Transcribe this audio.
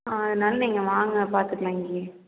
அதனால் நீங்கள் வாங்க பார்த்துக்குலாம் இங்கேயே